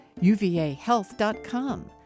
uvahealth.com